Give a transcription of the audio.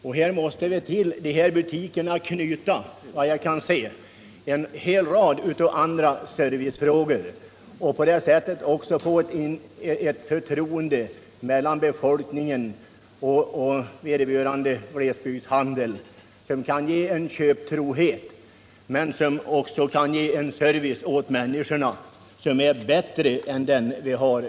Till frågan om varudistributionen måste vi, vad jag kan se, knyta en hel rad andra servicefrågor för att på det sättet få ett starkare underlag för en glesbygdsbutik och dessutom förtroende mellan befolkningen och vederbörande glesbygdshandel, som kan ge en köptrohet och samtidigt en service åt människorna som är bättre än den nuvarande.